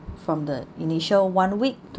from the initial one week to